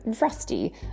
rusty